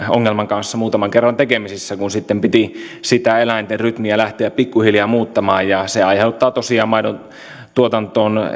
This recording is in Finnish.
ongelman kanssa muutaman kerran tekemisissä kun sitten piti sitä eläinten rytmiä lähteä pikkuhiljaa muuttamaan se aiheuttaa tosiaan maidontuotantoon